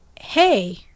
Hey